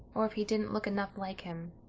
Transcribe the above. or if he didn't look enough like him.